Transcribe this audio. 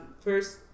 first